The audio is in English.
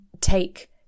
take